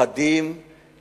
חדים,